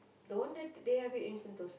the one that they have it in Sentosa